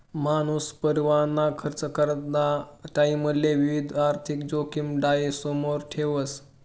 मानूस परिवारना खर्च कराना टाईमले विविध आर्थिक जोखिम डोयासमोर ठेवस